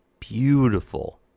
beautiful